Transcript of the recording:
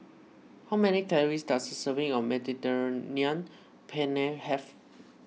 how many calories does a serving of Mediterranean Penne have